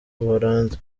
buholandi